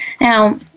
Now